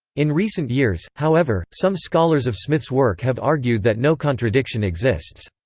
in recent years, however, some scholars of smith's work have argued that no contradiction exists.